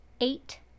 Eight